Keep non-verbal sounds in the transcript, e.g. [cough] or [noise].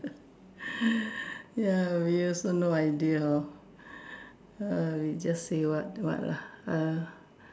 [noise] ya we also no idea lor we just say what what lah